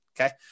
Okay